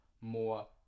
more